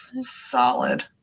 solid